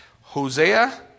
Hosea